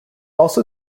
also